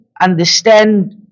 understand